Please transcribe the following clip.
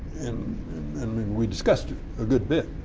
and i mean we discussed it a good bit,